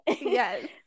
Yes